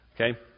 Okay